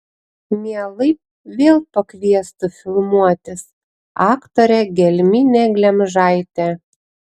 mielai vėl pakviestų filmuotis aktorę gelminę glemžaitę